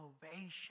salvation